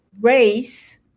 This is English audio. race